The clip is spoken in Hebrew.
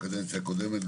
בקדנציה הקודמת,